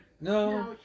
No